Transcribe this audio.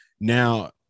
Now